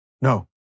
No